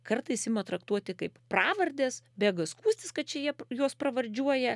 kartais ima traktuoti kaip pravardes bėga skųstis kad čia jie juos pravardžiuoja